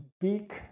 speak